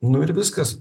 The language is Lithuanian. nu ir viskas